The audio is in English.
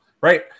Right